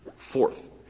fourth,